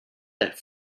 that